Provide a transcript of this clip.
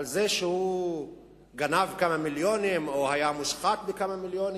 על זה שהוא גנב כמה מיליונים או היה מושחת בכמה מיליונים?